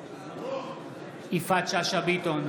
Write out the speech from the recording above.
בעד יפעת שאשא ביטון,